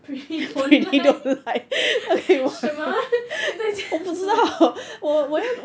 pretty don't like 什么你在讲什么